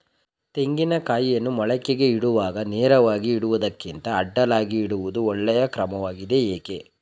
ತೆಂಗಿನ ಕಾಯಿಯನ್ನು ಮೊಳಕೆಗೆ ಇಡುವಾಗ ನೇರವಾಗಿ ಇಡುವುದಕ್ಕಿಂತ ಅಡ್ಡಲಾಗಿ ಇಡುವುದು ಒಳ್ಳೆಯ ಕ್ರಮವಾಗಿದೆ ಏಕೆ?